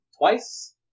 twice